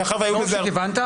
מאחר ו --- לא רק שכיוונת,